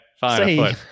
fine